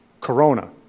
corona